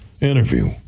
interview